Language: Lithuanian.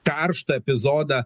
karštą epizodą